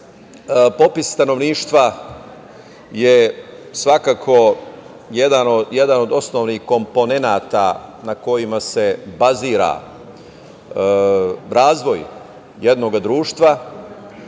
popis stanovništva je svakako jedan od osnovnih komponenata na kojima se bazira razvoj jednog društva